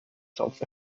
south